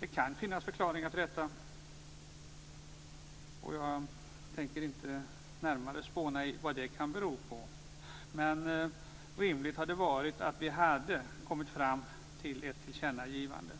Det kan finnas förklaringar till detta, och jag tänker inte närmare spåna i vad det kan bero på, men rimligt hade varit att vi hade kommit fram till ett tillkännagivande